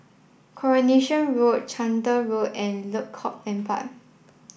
Coronation Road Chander Road and Lengkok Empat